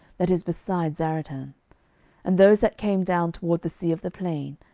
that is beside zaretan and those that came down toward the sea of the plain,